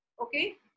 Okay